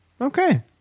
Okay